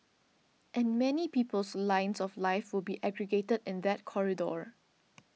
and many people's lines of life will be aggregated in that corridor